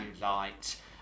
light